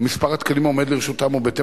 מספר התקנים העומד לרשותם הוא בהתאם